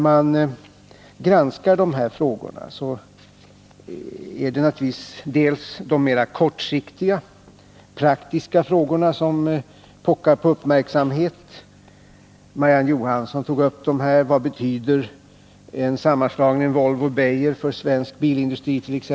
Vid en granskning av de frågor som vi nu debatterar är det naturligtvis bl.a. de mera kortsiktiga, praktiska frågorna som pockar på uppmärksamhet. Marie-Ann Johansson tog upp dem här. Vad betyder t.ex. sammanslagningen av Volvo och Beijer för svensk bilindustri?